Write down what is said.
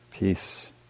peace